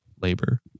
labor